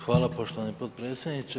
Hvala poštovani potpredsjedniče.